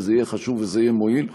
וזה יהיה חשוב וזה יהיה מועיל,